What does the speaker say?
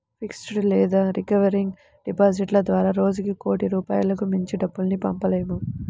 fixed లేదా recurring డిపాజిట్ల ద్వారా రోజుకి కోటి రూపాయలకు మించి డబ్బుల్ని పంపలేము